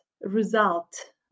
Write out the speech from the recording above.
result